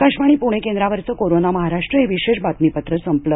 आकाशवाणी पुणे केंद्रावरच कोरोंना महाराष्ट्र हे विशेष बातमीपत्र संपलं